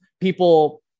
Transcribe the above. people